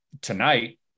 Tonight